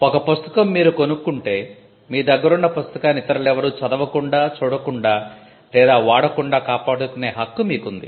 ఒక పుస్తకం మీరు కొనుక్కుంటే మీ దగ్గరున్న పుస్తకాన్ని ఇతరులెవరూ చదవకుండా చూడకుండా లేదా వాడకుండా కాపాడుకునే హక్కు మీకుంది